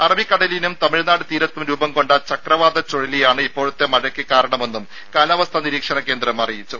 അറബിക്കടലിലും തമിഴ്നാട് തീരത്തും രൂപം കൊണ്ട ചക്രവാത ചുഴിയാണ് ഇപ്പോഴത്തെ മഴയ്ക്ക് കാരണമെന്നും കാലാവസ്ഥാ നിരീക്ഷണ കേന്ദ്രം അറിയിച്ചു